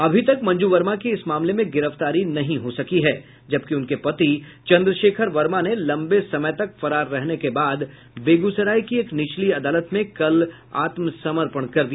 अभी तक मंजू वर्मा की इस मामले में गिरफ्तारी नहीं हो सकी है जबकि उनके पति चन्द्रशेखर वर्मा ने लंबे समय तक फरार रहने के बाद बेगूसराय की एक निचली अदालत में कल आत्मसमर्पण कर दिया